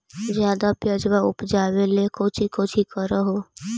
ज्यादा प्यजबा उपजाबे ले कौची कौची कर हो?